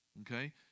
okay